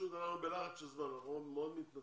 פשוט אנחנו בלחץ של זמן, אנחנו מאוד מתנצלים.